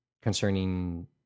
Concerning